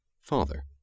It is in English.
Father